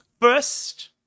First